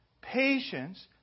patience